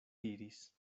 diris